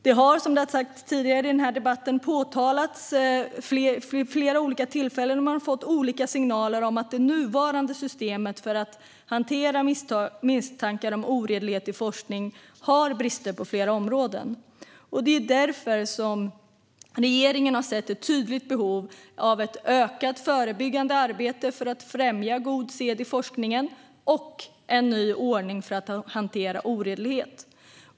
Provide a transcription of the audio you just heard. Det har, som sagts tidigare i denna debatt, vid flera olika tillfällen påtalats, och man har fått olika signaler om, att det nuvarande systemet för att hantera misstankar om oredlighet i forskning har brister på flera områden. Regeringen har därför sett ett tydligt behov av ett ökat förebyggande arbete för att främja god sed i forskningen och en ny ordning för att hantera oredlighet.